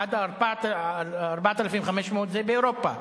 עד 4,500 קילומטר זה באירופה,